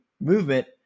movement